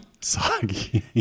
Soggy